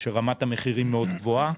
שרמת המחירים מאוד גבוהה,